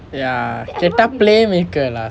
ya கேட்டா:kaetaa play maker lah someone